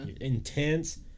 intense